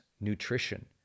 Nutrition